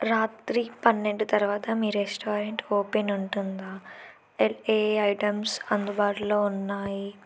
రాత్రి పన్నెండు తర్వాత మీ రెస్టారెంట్ ఓపెన్ ఉంటుందా ఏ ఐటమ్స్ అందుబాటులో ఉన్నాయి